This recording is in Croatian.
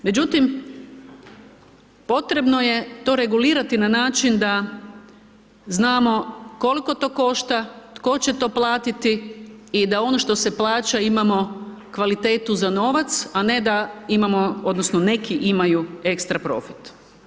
Međutim, potrebno je to regulirati na način da znamo koliko to košta, tko će to platiti i da ono što se plaća, imamo kvalitetu za novac a ne da imamo, odnosno neki imaju ekstra profit.